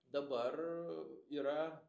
dabar yra